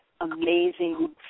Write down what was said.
amazing